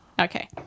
Okay